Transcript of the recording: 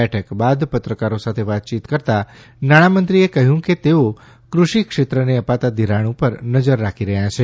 બેઠક બાદ પત્રકારો સાથે વાતયીત કરતા નાંણામંત્રીએ કહ્યું કે તેઓ કૃષિક્ષેત્રને પાતા ઘિરાણ ઉપર નજર રાખી રહ્યા છે